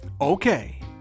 Okay